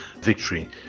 victory